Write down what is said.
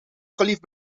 geliefd